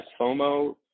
FOMO